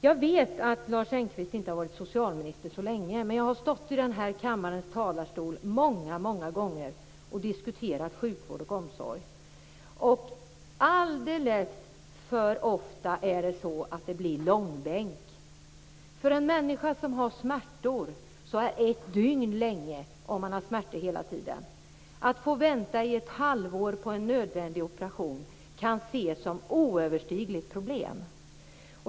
Jag vet att Lars Engqvist inte har varit socialminister så länge, men jag har stått i den här kammarens talarstol och diskuterat sjukvård och omsorg många gånger. Alldeles för ofta dras de frågorna i långbänk. För en människa som har smärtor hela tiden är ett dygn en lång tid. Att få vänta i ett halvår på en nödvändig operation kan ses som ett oöverstigligt problem.